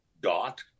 Dot